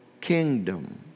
kingdom